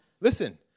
listen